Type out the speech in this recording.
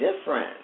different